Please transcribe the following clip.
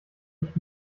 ich